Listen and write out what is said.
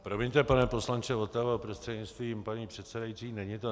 Promiňte, pane poslanče Votavo prostřednictvím paní předsedající, není to nefér.